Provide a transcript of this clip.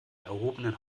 erhobenen